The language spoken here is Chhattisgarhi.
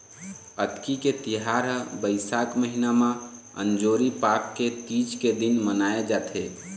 अक्ती के तिहार ह बइसाख महिना म अंजोरी पाख के तीज के दिन मनाए जाथे